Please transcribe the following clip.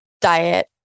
Diet